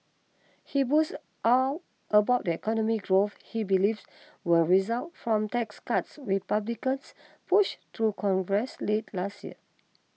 he boasted out about the economic growth he believes will result from tax cuts Republicans pushed through Congress late last year